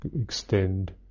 extend